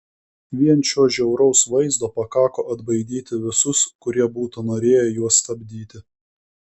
vien šio žiauraus vaizdo pakako atbaidyti visus kurie būtų norėję juos stabdyti